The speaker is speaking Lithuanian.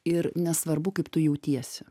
ir nesvarbu kaip tu jautiesi